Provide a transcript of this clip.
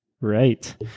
Right